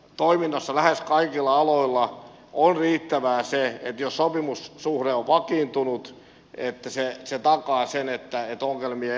normaalitoiminnassa lähes kaikilla aloilla on riittävää se että jos sopimussuhde on vakiintunut se takaa sen että ongelmia ei ole